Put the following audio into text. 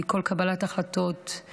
מכל קבלת החלטות,